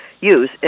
use